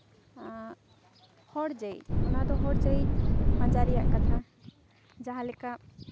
ᱦᱚᱲ ᱡᱮᱭ ᱚᱱᱟᱫᱚ ᱦᱚᱲ ᱡᱮᱭ ᱯᱟᱸᱡᱟ ᱨᱮᱭᱟᱜ ᱠᱟᱛᱷᱟ ᱡᱟᱦᱟᱸ ᱞᱮᱠᱟ